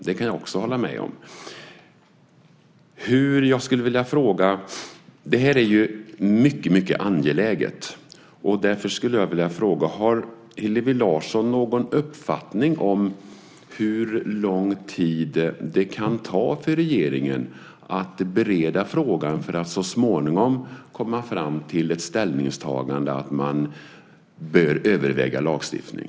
Det kan jag också hålla med om. Det här är mycket angeläget. Därför skulle jag vilja fråga: Har Hillevi Larsson någon uppfattning om hur lång tid det kan ta för regeringen att bereda frågan för att så småningom komma fram till ett ställningstagande om att man bör överväga lagstiftning?